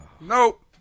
Nope